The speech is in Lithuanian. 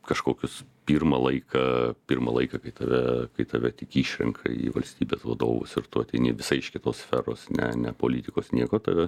kažkokius pirmą laiką pirmą laiką kai tave kai tave tik išrenka į valstybės vadovus ir tu ateini visai iš kitos sferos ne ne politikos nieko tada